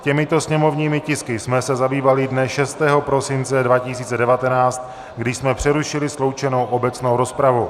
Těmito sněmovními tisky jsme se zabývali dne 6. prosince 2019, když jsme přerušili sloučenou obecnou rozpravu.